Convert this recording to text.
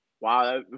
Wow